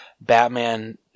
Batman